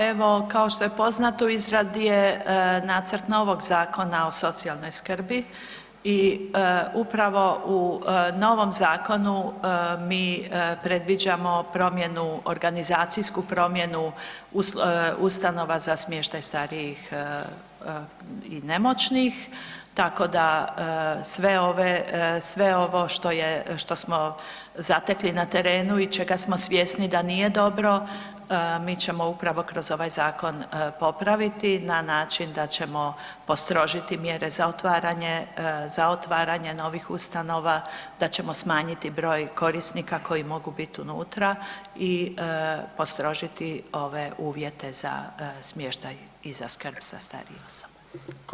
Evo kao što je poznato, u izradi je nacrt novoga Zakona o socijalnoj skrbi i upravo u novom zakonu mi predviđamo promjenu, organizacijsku promjenu ustanova za smještaj starijih i nemoćnih tako da, sve ove, sve ovo što je, što smo zatekli na terenu i čega smo svjesni da nije dobro, mi ćemo upravo kroz ovaj zakon popraviti na način da ćemo postrožiti mjere za otvaranje, za otvaranje novih ustanova, da ćemo smanjiti broj korisnika koji mogu biti unutra i postrožiti ove uvjete za smještaj i za skrb za starije osobe.